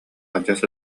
адьас